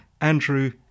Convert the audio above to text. Andrew